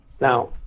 Now